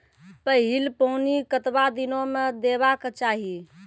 पहिल पानि कतबा दिनो म देबाक चाही?